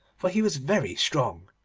for he was very strong,